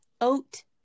oat